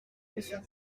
monsieur